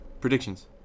predictions